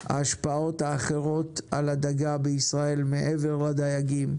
על ההשפעות האחרות על הדגה בישראל מעבר לדייגים,